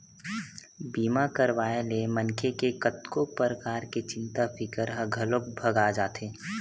बीमा करवाए ले मनखे के कतको परकार के चिंता फिकर ह घलोक भगा जाथे